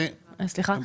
סליחה.